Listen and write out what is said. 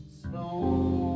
snow